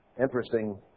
Interesting